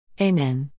Amen